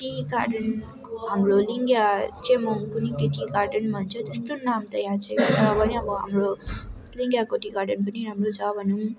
T garden हाम्रो लिङ्गिया चाहिँ म कुन्नि के टी गार्डन भन्छु त्यस्तो नाम त याद छैन तर पनि अब हाम्रो लिङ्गियाको टी गार्डन पनि राम्रो छ भनौँ